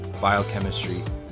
biochemistry